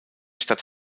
stadt